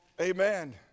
Amen